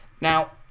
Now